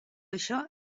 això